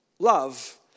love